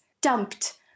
dumped